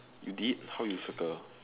you did how you circle